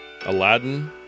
Aladdin